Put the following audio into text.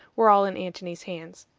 were all in antony's hands.